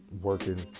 working